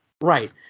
Right